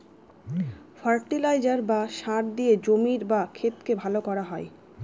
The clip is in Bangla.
ফার্টিলাইজার বা সার দিয়ে জমির বা ক্ষেতকে ভালো করা হয়